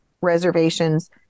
reservations